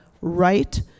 right